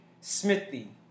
Smithy